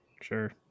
sure